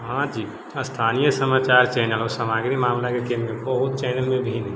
हाँ जी स्थानीय समाचार चैनल सामग्रीके मामिलामे बहुत चैनलमे भी